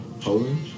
Poland